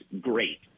great